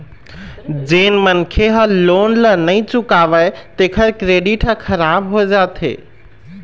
जेन मनखे ह लोन ल नइ चुकावय तेखर क्रेडिट ह खराब हो जाथे